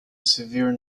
severe